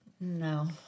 No